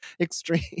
extreme